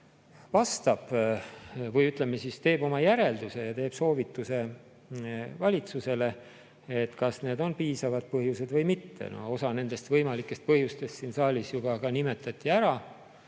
vastab, või ütleme siis, teeb oma järelduse, teeb soovituse valitsusele, kas need on piisavad põhjused või mitte. No osa nendest võimalikest põhjustest siin saalis nimetati ära,